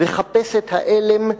וחפש את העלם,